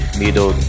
middle